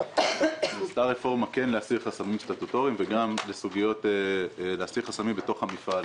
נעשתה רפורמה במגמה להסיר חסמים סטטוטוריים וגם להסיר חסמים בתוך המפעל.